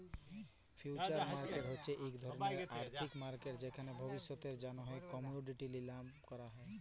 future market হছে ইক ধরলের আথ্থিক মার্কেট যেখালে ভবিষ্যতের জ্যনহে কমডিটি লিলাম ক্যরা হ্যয়